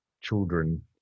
children